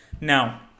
Now